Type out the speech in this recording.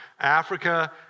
Africa